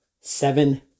seven